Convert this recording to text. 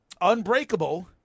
unbreakable